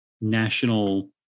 national